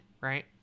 right